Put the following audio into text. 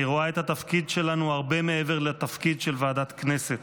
אני רואה את התפקיד שלנו הרבה מעבר לתפקיד של ועדת הכנסת,